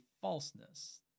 falseness